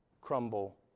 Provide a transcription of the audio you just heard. crumble